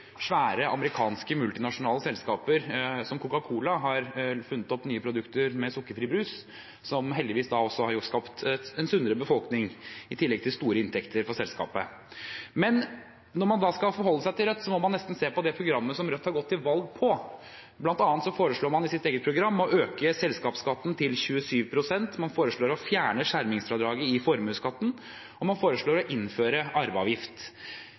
svære amerikanske multinasjonale selskaper, som Coca-Cola, har funnet opp nye produkter, som sukkerfri brus, som heldigvis har skapt en sunnere befolkning – i tillegg til store inntekter for selskapet. Men når man skal forholde seg til Rødt, må man nesten se på det programmet som Rødt har gått til valg på. Blant annet foreslår man i sitt eget program å øke selskapsskatten til 27 pst. Man foreslår å fjerne skjermingsfradraget i formuesskatten. Og man foreslår å innføre arveavgift.